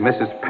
Mrs